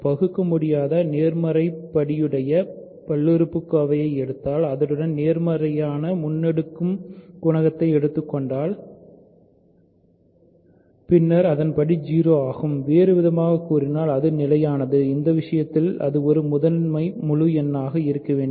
பகுக்க முடியாத நேர்மறை படியுடையா பல்லுறுப்புக்கோவை யை எடுத்தால் அதனுடன் நேர்மறையான முன்னேடுக்கும் குணகத்தை எடுத்துக்கொண்டால் பின்னர் அதன் படி 0 ஆகும் வேறுவிதமாகக் கூறினால் அது நிலையானது இந்த விஷயத்தில் அது ஒரு முதன்மை முழு எண்ணாக இருக்க வேண்டும்